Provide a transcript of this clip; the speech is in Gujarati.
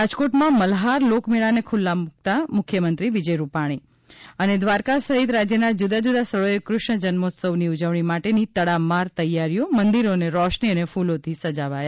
રાજકોટમાં મલ્હાર લોકમેળાને ખુલ્લા મુકતા મુખ્યમંત્રી વિજય રૂપાણી દ્વારકા સહિત રાજ્યના જુદા જુદા સ્થળોએ કૃષ્ણ જન્મોત્સવની ઉજવણી માટેની તડામાર તેયારીઓ મંદિરોને રોશની અને ફૂલોથી સજાવાયા